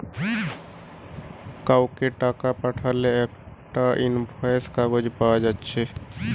কাউকে টাকা পাঠালে একটা ইনভয়েস কাগজ পায়া যাচ্ছে